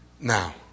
now